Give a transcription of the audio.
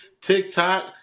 TikTok